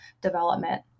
development